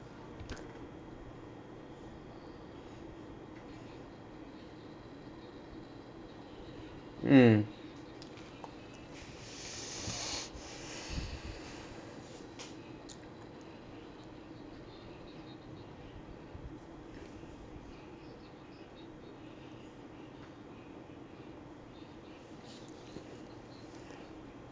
mm